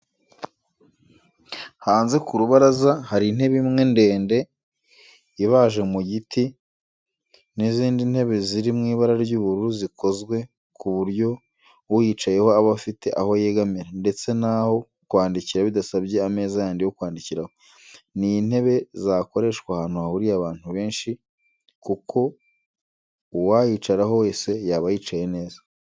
Hanze ku rubaraza hari intebe imwe ndende ibaje mu giti n'izinde ntebe ziri mu ibara ry'ubururu zikozwe ku buryo uyicayeho aba afite aho yegamira ndetse n'aho kwandikira bidasabye ameza yandi yo kwandikiraho. Ni intebe zakoreshwa ahantu hahuriye abantu benshi kuko uwayicaraho wese yaba yicaye neza